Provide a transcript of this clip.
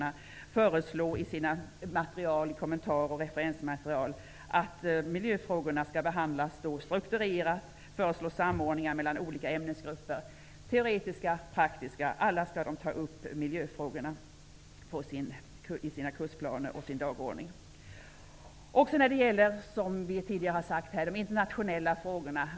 Man skall i sina kommentarer och i sitt referensmaterial föreslå att miljöfrågorna skall behandlas strukturerat. Man skall vidare föreslå samordningar mellan olika ämnesgrupper, teoretiska, faktiska -- alla skall ta upp miljöfrågorna i sina kursplaner och på sina dagordningar. Som det tidigare här har sagts råder det samstämmighet kring de internationella frågorna.